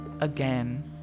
again